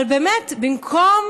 אבל באמת, במקום